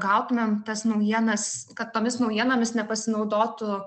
gautumėm tas naujienas kad tomis naujienomis nepasinaudotų